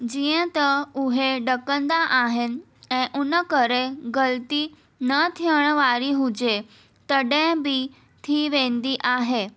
जीअं त उहे ॾकंदा आहिनि ऐं उन करे ग़लती न थियण वारी हुजे तॾहिं बि थी वेंदी आहे